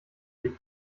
blick